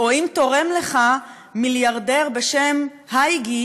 או אם תורם לך מיליארדר בשם הייגי,